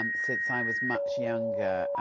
um since i was much younger,